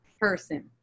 person